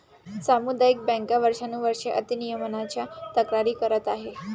सामुदायिक बँका वर्षानुवर्षे अति नियमनाच्या तक्रारी करत आहेत